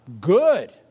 Good